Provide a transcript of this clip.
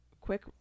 quick